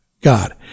God